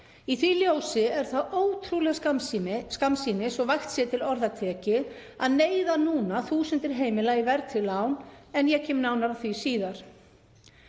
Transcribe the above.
Í því ljósi er það ótrúleg skammsýni, svo vægt sé til orða tekið, að neyða núna þúsundir heimila í verðtryggð lán en ég kem nánar að því síðar.